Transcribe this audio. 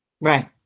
Right